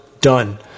Done